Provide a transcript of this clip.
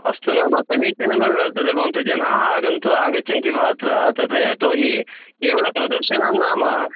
अस्तु नाम समीचीनं तत्र भवन्तः जनाः आगन्तु आगच्छन्ति वा तथा तदा यतो हि केवलं प्रदर्शनं नाम